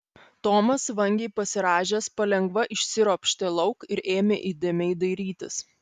tomas vangiai pasirąžęs palengva išsiropštė lauk ir ėmė įdėmiai dairytis